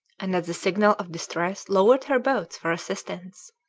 and at the signal of distress lowered her boats for assistance.